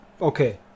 Okay